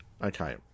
Okay